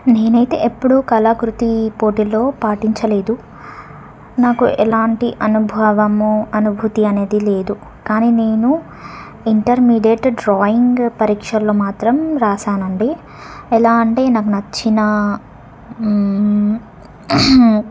నేనైతే ఎప్పుడూ కళాకృతి పోటీలో పాటించలేదు నాకు ఎలాంటి అనుభవము అనుభూతి అనేది లేదు కానీ నేను ఇంటర్మీడియట్ డ్రాయింగ్ పరీక్షల్లో మాత్రం రాసాను అండి ఎలా అంటే నాకు నచ్చినా